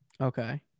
okay